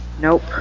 Nope